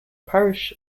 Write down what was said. parish